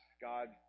God